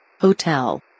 Hotel